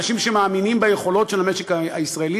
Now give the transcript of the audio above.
אנשים שמאמינים ביכולות של המשק הישראלי